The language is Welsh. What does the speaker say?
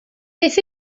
beth